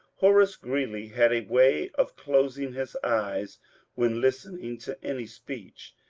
horace greeley had a way of closing his eyes when listening to any speech,